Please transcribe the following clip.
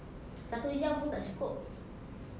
satu jam pun tak cukup